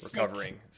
recovering